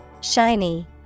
Shiny